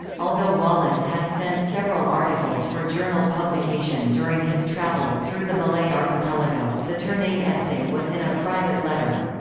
although wallace had sent several articles for journal publication during his travels through the malay archipelago, the ternate essay was in a private letter.